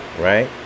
Right